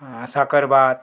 साकरबात